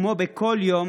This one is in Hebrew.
כמו בכל יום,